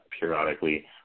periodically